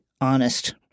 honest